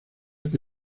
que